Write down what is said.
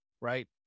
right